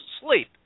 sleep